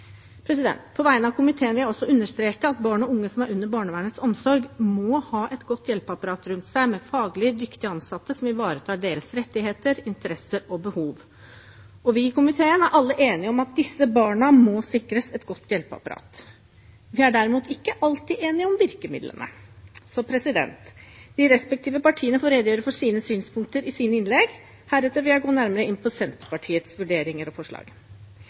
tilbud. På vegne av komiteen vil jeg også understreke at barn og unge som er under barnevernets omsorg, må ha et godt hjelpeapparat rundt seg, med faglig dyktige ansatte som ivaretar deres rettigheter, interesser og behov. Vi i komiteen er alle enige om at disse barna må sikres et godt hjelpeapparat. Vi er derimot ikke alltid enige om virkemidlene. De respektive partiene får redegjøre for sine synspunkter i sine innlegg. Heretter vil jeg gå nærmere inn på Senterpartiets vurderinger og forslag.